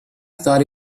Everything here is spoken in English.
thought